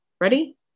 Ready